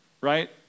right